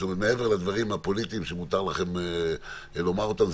זאת אומרת מעבר לדברים הפוליטיים שמותר לכם לומר אותם,